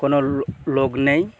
কোনও লোক নেই